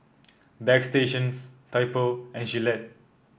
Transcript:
Bagstationz Typo and Gillette